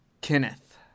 Kenneth